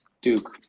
Duke